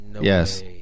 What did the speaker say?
Yes